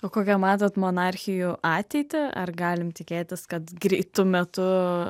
o kokią matot monarchijų ateitį ar galime tikėtis kad greitu metu